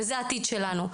וזה העתיד שלנו.